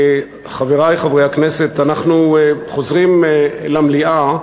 חברי חברי הכנסת, אנחנו חוזרים למליאה,